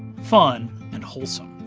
fun and wholesome.